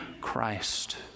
Christ